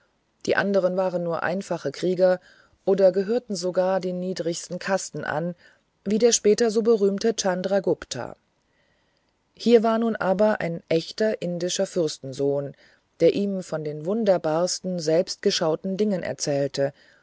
die anderen waren nur einfache krieger oder gehörten sogar den niedrigsten kasten an wie der später so berühmte chandragupta hier war nun aber ein echter indischer fürstensohn der ihm von den wunderbarsten selbstgeschauten dingen erzählte